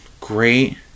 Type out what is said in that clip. great